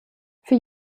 für